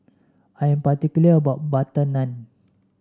I am particular about butter naan